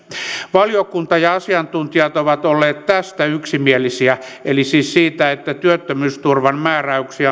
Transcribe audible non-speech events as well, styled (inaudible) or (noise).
valiokunta ja asiantuntijat ovat olleet tästä yksimielisiä eli siis siitä että työttömyysturvan määräyksiä (unintelligible)